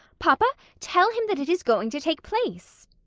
papa, tell him that it is going to take place.